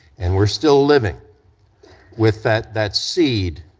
and we're still living with that that seed,